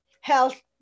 health